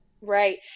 Right